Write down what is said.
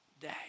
day